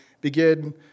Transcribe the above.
Begin